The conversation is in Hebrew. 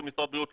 כמשרד הבריאות,